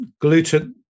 gluten